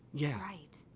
yeah. right.